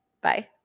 Bye